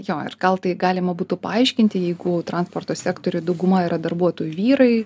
jo ir gal tai galima būtų paaiškinti jeigu transporto sektoriuj dauguma yra darbuotojų vyrai